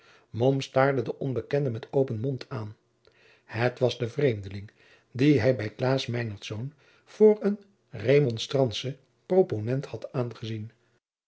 staarde den onbekende met open mond aan het was de vreemdeling dien hij bij klaas meinertz voor een remonstrantschen proponent had aangezien